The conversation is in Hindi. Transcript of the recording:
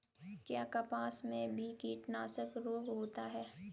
क्या कपास में भी कीटनाशक रोग होता है?